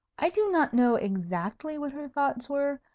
i do not know exactly what her thoughts were,